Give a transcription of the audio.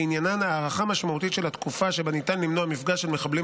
שעניינן הארכה משמעותית של התקופה שבה ניתן למנוע מפגש של מחבלים